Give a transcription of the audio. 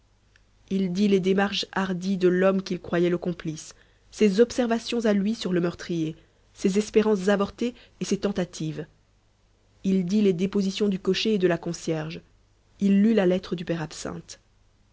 il dit les démarches hardies de l'homme qu'il croyait le complice ses observations à lui sur le meurtrier ses espérances avortées et ses tentatives il dit les dépositions du cocher et de la concierge il lut la lettre du père absinthe